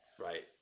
right